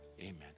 amen